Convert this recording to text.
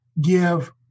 give